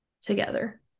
together